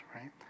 right